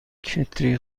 کتری